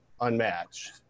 unmatched